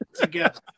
together